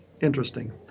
interesting